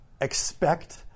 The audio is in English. expect